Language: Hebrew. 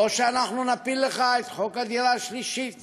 או שאנחנו נפיל לך את חוק הדירה השלישית